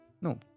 No